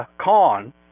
Khan